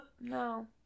No